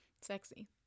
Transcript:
Sexy